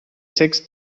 sechs